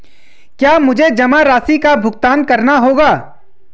क्या मुझे जमा राशि का भुगतान करना होगा?